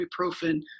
ibuprofen